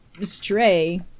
Stray